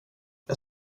jag